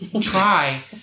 Try